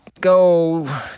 go